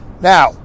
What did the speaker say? Now